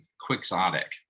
Quixotic